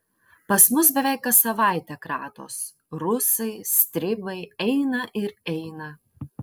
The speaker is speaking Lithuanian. pas mus beveik kas savaitę kratos rusai stribai eina ir eina